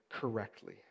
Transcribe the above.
correctly